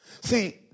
See